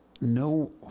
No